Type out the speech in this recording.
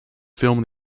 film